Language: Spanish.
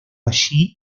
allí